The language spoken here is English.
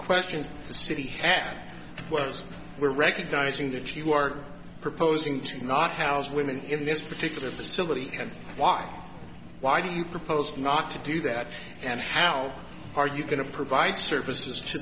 questions the city back was were recognizing that you are proposing to not hals women in this particular facility and why why do you propose not to do that and how are you going to provide services to